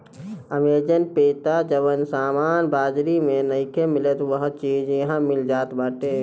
Amazon पे तअ जवन सामान बाजारी में नइखे मिलत उहो चीज इहा मिल जात बाटे